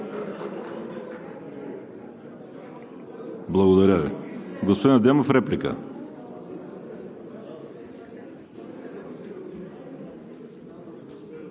Благодаря Ви. Господин Адемов, реплика.